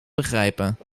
begrijpen